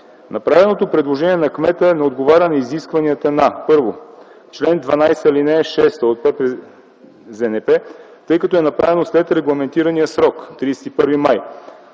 Направеното предложение на кмета не отговаря на изискванията на чл. 12, ал. 6 от ППЗНП, тъй като е направено след регламентирания срок – 31 май.